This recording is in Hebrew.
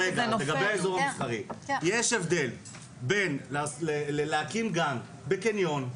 אז לגבי האיזור המסחרי יש הבדל בין להקים גן בקניון,